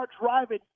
driving